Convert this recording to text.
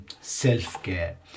self-care